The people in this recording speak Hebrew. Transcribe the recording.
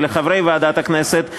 ולחברי ועדת הכנסת,